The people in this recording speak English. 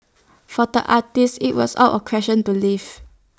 for the artist IT was out of question to leave